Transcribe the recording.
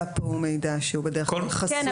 פה הוא מידע חסוי ואישי בדרך-כלל --- כן,